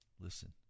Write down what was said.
Listen